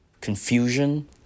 confusion